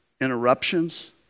interruptions